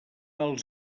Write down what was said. als